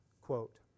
quote